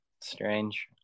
strange